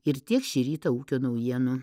ir tiek šį rytą ūkio naujienų